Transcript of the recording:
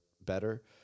better